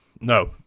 no